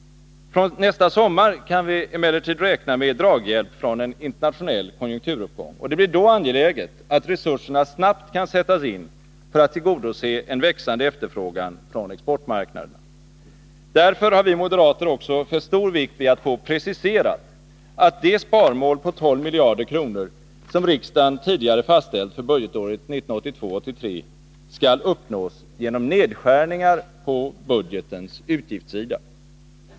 Från nästa sommar kan vi emellertid räkna med draghjälp från en internationell konjunkturuppgång. Det blir då angeläget att resurserna snabbt kan sättas in för att tillgodose en växande efterfrågan från exportmarknaderna. Därför har vi moderater också fäst stor vikt vid att få preciserat att det sparmål på 12 miljarder kronor som riksdagen tidigare fastställt för budgetåret 1982/83 skall uppnås genom nedskärningar på budgetens utgiftssida.